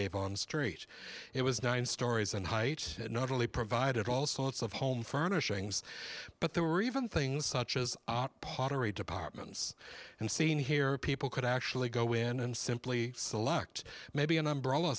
avon street it was nine stories and height not only provided all sorts of home furnishings but there were even things such as pottery departments and seen here people could actually go in and simply select maybe an umbrella